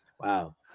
Wow